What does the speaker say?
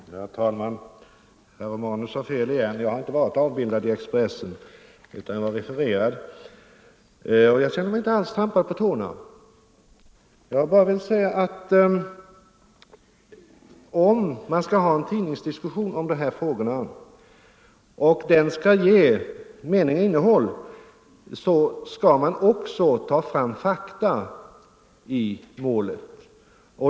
Herr talman! Herr Romanus har fel igen. Jag var inte avbildad i Expressen, utan jag var refererad, och jag känner mig inte alls trampad på tårna. Jag vill bara säga att om man i de här frågorna skall ha en tidningsdiskussion som skall ge mening och innehåll, så skall man också ta fram fakta i målet.